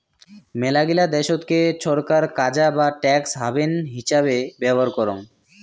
মেলাগিলা দেশতকে ছরকার কাজা বা ট্যাক্স হ্যাভেন হিচাবে ব্যবহার করং